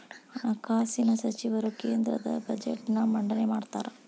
ಹಣಕಾಸಿನ ಸಚಿವರು ಕೇಂದ್ರದ ಬಜೆಟ್ನ್ ಮಂಡನೆ ಮಾಡ್ತಾರಾ